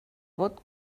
vot